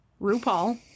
RuPaul